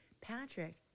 Patrick